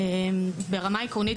ברמה עקרונית,